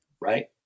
right